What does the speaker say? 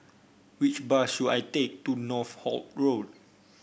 which bus should I take to Northolt Road